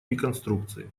реконструкции